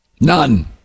None